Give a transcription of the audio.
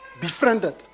befriended